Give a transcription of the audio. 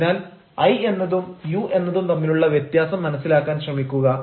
അതിനാൽ ഐ എന്നതും യു എന്നതും തമ്മിലുള്ള വ്യത്യാസം മനസ്സിലാക്കാൻ ശ്രമിക്കുക